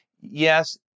Yes